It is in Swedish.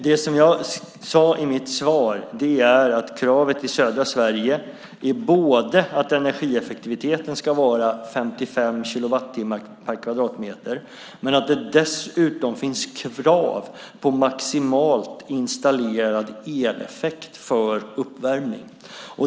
Det som jag sade i mitt svar är att kravet i södra Sverige är dels att energieffektiviteten ska vara 55 kilowattimmar per kvadratmeter, dels att det dessutom finns krav på maximalt installerad eleffekt för uppvärmning.